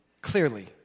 clearly